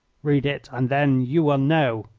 read it and then you will know.